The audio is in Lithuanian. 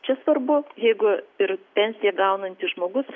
čia svarbu jeigu ir pensiją gaunantis žmogus